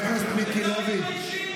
אתם לא מתביישים?